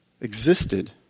existed